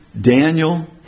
Daniel